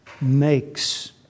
makes